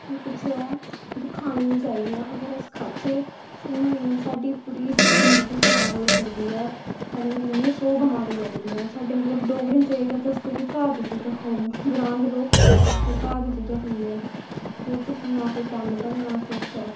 एह् कुछ ऐ खानी नी चाही दियां अगर अस खाच्चै साढ़ी पूरी जिन्द गै खराब होई सकदी ऐ खाने कन्नै सौ बमारी लगदियां साढ़े मतलव डोगरें च एह् दसदे कि घर दियां चीजां खाओ ग्रांऽ दे लोग अपनी घर दियां चीजां खंदे च जेह्दे च ना कैमिकल ना किश ऐ